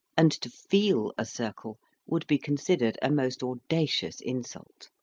and to feel a circle would be considered a most audacious insult.